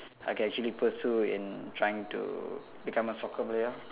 I can actually pursue in trying to become a soccer player